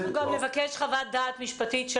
אנחנו גם נבקש חוות דעת משפטית של